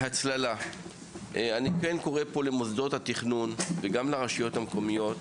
אני קורא למוסדות התכנון, וגם לרשויות המקומיות,